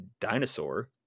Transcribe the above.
dinosaur